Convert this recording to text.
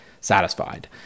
satisfied